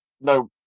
no